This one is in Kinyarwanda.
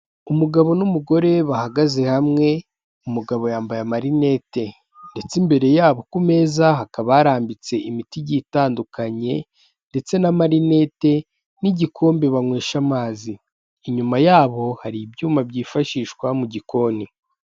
Umugabo n'umugore bahagaze hamwe, umugabo yambaye amarinete ndetse imbere yabo ku meza hakaba harambitse imiti igiye itandukanye ndetse n'amarinete n'igikombe banywesha amazi, inyuma yabo hari ibyuma byifashishwa mu gikoni.